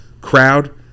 crowd